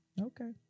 okay